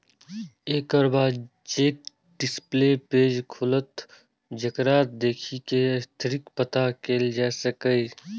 एकर बाद check display page खुलत, जेकरा देखि कें स्थितिक पता कैल जा सकैए